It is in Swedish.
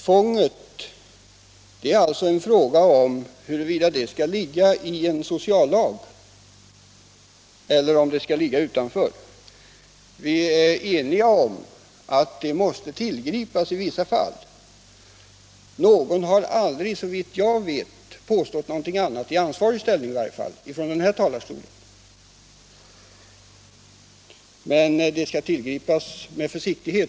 Det är alltså här fråga om huruvida tvånget skall regleras inom sociallagstiftningen eller inte. Vi är eniga om att tvång måste tillgripas i vissa fall. Ingen i ansvarig ställning har, såvitt jag vet, från denna talarstol påstått någonting annat. Men tvånget skall givetvis användas med försiktighet.